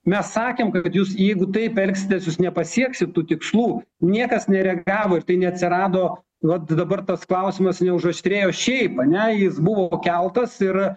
mes sakėm kad jūs jeigu taip elgsitės jūs nepasieksit tų tikslų niekas nereagavo ir tai neatsirado vat dabar tas klausimas neužaštrėjo šiaip ar ne jis buvo keltas ir